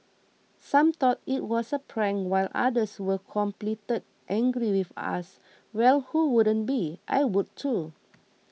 some thought it was a prank while others were completed angry with us well who wouldn't be I would too